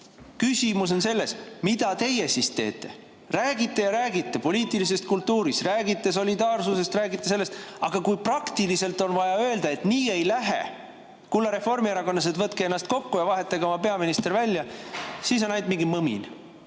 Küsimus on selles, mida teie teete. Räägite ja räägite poliitilisest kultuurist, räägite solidaarsusest, räägite sellest. Aga kui praktiliselt on vaja öelda, et nii ei lähe, kulla reformierakondlased, võtke ennast kokku ja vahetage oma peaminister välja, siis on ainult mingi mõmin.